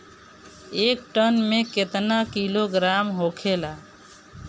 एक टन मे केतना किलोग्राम होखेला?